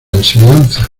enseñanza